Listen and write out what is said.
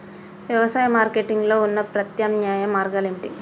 వ్యవసాయ మార్కెటింగ్ లో ఉన్న ప్రత్యామ్నాయ మార్గాలు ఏమిటి?